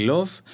Love